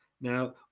Now